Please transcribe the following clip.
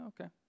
okay